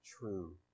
true